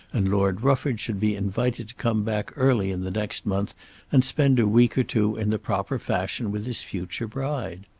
and lord rufford should be invited to come back early in the next month and spend a week or two in the proper fashion with his future bride.